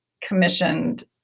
commissioned